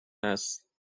است